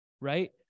right